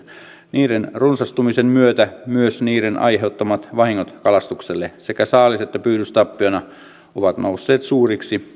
niiden runsastumisen myötä myös niiden aiheuttamat vahingot kalastukselle sekä saalis että pyydystappioina ovat nousseet suuriksi